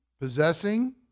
possessing